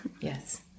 yes